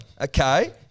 okay